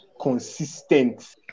consistent